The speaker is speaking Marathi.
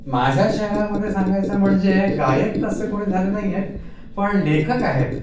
माझ्या शहरामध्ये सांगायचं म्हणजे गायक तसं कोणी झाले नाही आहेत पण लेखक आहेत